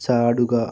ചാടുക